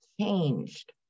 changed